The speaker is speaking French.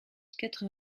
quatre